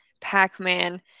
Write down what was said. Pac-Man